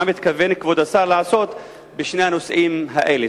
מה מתכוון כבוד השר לעשות בשני הנושאים האלה?